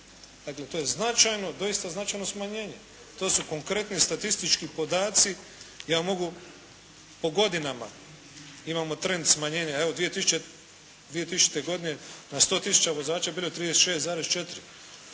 Dakle to je značajno, doista značajno smanjenje. To su konkretni statistički podaci. Ja mogu po godinama, imamo trend smanjenja, evo 2000. godine na 100 tisuća vozača bilo je 36,4.